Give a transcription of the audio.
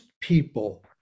people